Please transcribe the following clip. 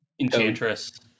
Enchantress